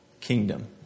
kingdom